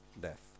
death